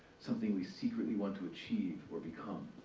something we secretly want to achieve or become,